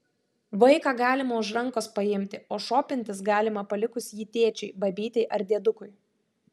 vaiką galima už rankos paimti o šopintis galima palikus jį tėčiui babytei ar diedukui